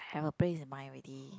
have a place in mind already